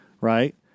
right